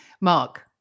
Mark